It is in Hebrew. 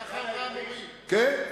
כן.